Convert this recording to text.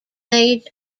age